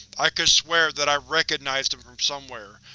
i could swear that i recognized him from somewhere,